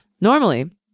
normally